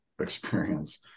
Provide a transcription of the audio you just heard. experience